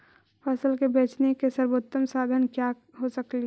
फसल के बेचने के सरबोतम साधन क्या हो सकेली?